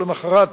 ולמחרת,